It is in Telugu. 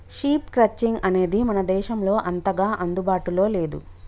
షీప్ క్రట్చింగ్ అనేది మన దేశంలో అంతగా అందుబాటులో లేదు